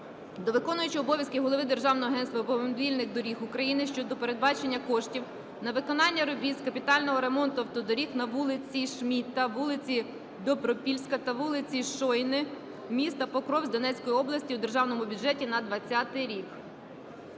до виконуючого обов'язків голови Державного агентства автомобільних доріг України щодо передбачення коштів на виконання робіт з капітального ремонту автодоріг на вулиці Шмідта, вулиці Добропільська та вулиці Шосейна міста Покровськ Донецької області у Державному бюджеті на 2020 рік.